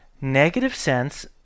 negative-sense